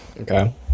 Okay